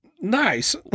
Nice